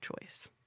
choice